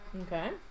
Okay